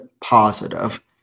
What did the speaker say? positive